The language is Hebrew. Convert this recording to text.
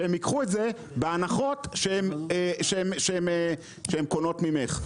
שייקחו את זה בהנחות שהן קונות ממך.